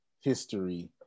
history